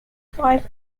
five